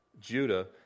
Judah